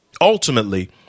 Ultimately